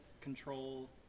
control